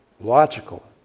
logical